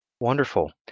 Wonderful